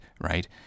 right